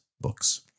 Books